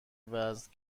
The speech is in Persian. وزن